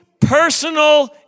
personal